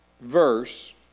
verse